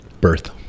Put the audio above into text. birth